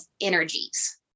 energies